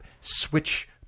switch